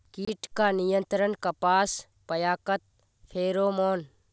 कीट का नियंत्रण कपास पयाकत फेरोमोन?